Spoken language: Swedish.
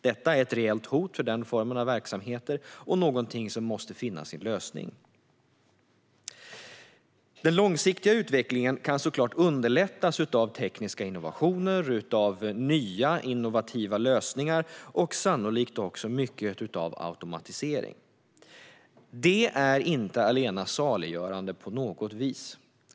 Detta är ett reellt hot för den formen av verksamheter och något som måste finna sin lösning. Den långsiktiga utvecklingen kan såklart underlättas av tekniska innovationer, av nya innovativa lösningar och sannolikt mycket av automatisering. Det är inte allena saliggörande på något vis.